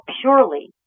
purely